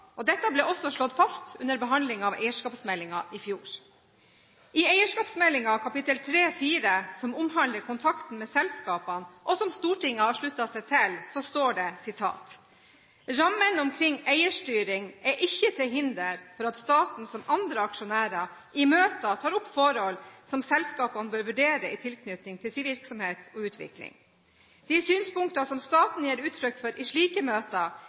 og dette ble også slått fast under behandlingen av eierskapsmeldingen i fjor. I eierskapsmeldingen, kap. 3.4, som omhandler «Kontakten med selskapene», og som Stortinget har sluttet seg til, står det: «Rammene omkring eierstyring er ikke til hinder for at staten, som andre aksjonærer, i møter tar opp forhold som selskapene bør vurdere i tilknytning til sin virksomhet og utvikling. De synspunkter staten gir uttrykk for i slike møter,